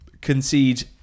concede